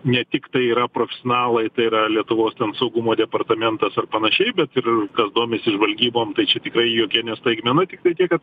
ne tik tai yra profesionalai tai yra lietuvos saugumo departamentas ar panašiai bet ir kas domisi žvalgybom tai čia tikrai jokia ne staigmena tik tai tiek kad